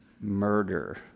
murder